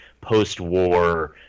post-war